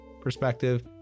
perspective